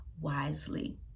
wisely